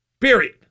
Period